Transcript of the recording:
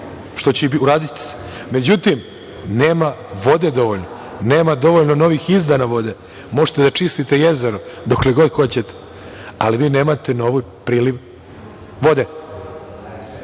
se i uraditi. Međutim, nema vode dovoljno. Nema dovoljno novih izdana vode. Možete da čistite jezero dokle god hoćete, ali vi nemate na ovo priliv vode,